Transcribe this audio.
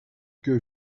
que